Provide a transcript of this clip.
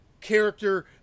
character